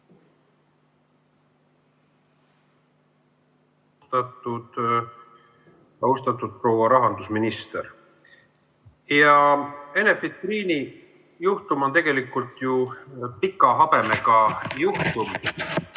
Enefit Greeni juhtum on tegelikult ju pika habemega juhtum.